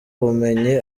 ubumenyi